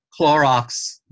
Clorox